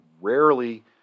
rarely